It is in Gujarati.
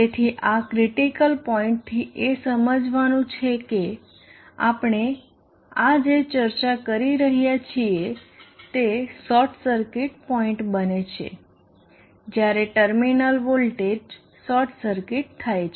તેથી આ ક્રિટીકલ પોઇન્ટથી એ સમજવાનું છે કે આપણે આ જે ચર્ચા કરી રહ્યા છીએ તે શોર્ટ સર્કિટ પોઇન્ટ બને છે જ્યારે ટર્મિનલ વોલ્ટેજ શોર્ટ સર્કિટ થાય છે